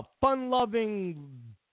fun-loving